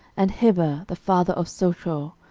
and heber the father of socho,